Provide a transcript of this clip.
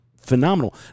Phenomenal